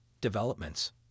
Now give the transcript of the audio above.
Developments